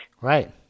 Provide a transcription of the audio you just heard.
Right